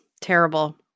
Terrible